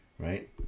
right